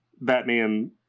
batman